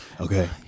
Okay